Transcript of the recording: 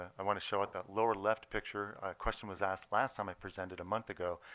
i want to show it. that lower left picture, a question was asked last time i presented a month ago.